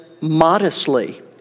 modestly